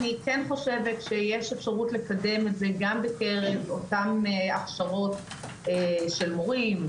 אני כן חושבת שיש אפשרות לקדם את זה גם בקרב אותם הכשרות של מורים,